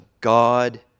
God